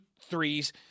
threes